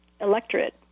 electorate